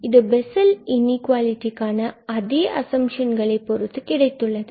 இது பெசல்ஸ் இன்இக்குவாலிடிக்கான அதே அசம்ப்ஷன்களை பொறுத்து கிடைத்துள்ளது